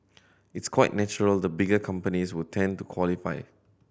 it's quite natural the bigger companies would tend to qualify